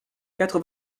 quatre